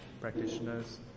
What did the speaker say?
practitioners